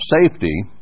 safety